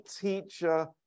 teacher